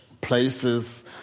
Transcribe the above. places